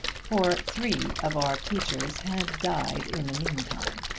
for three of our teachers had died in the mean time.